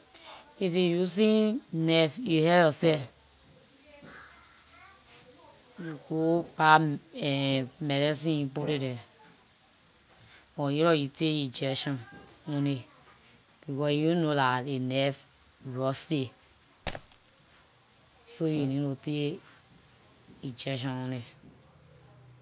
if you using knife, you hurt yor self, you will go buy- ehn medicine you put it there; or you either you take injection on it, because you know dah ley knife rusty, so you need to take injection on it.